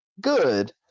good